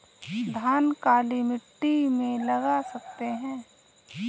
धान काली मिट्टी में लगा सकते हैं?